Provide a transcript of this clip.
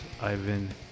Ivan